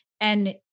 and-